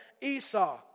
Esau